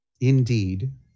Indeed